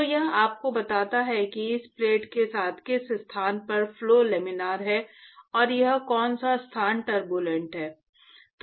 तो यह आपको बताता है कि इस प्लेट के साथ किस स्थान पर फ्लो लामिनार है और यह कौन सा स्थान टर्बूलेंट है